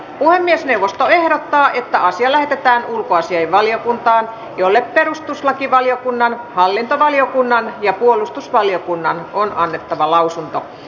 puhemiesneuvosto ehdottaa että asia lähetetään ulkoasiainvaliokuntaan jolle perustuslakivaliokunnan hallintovaliokunnan ja puolustusvaliokunnan on annettava lausunto